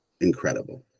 incredible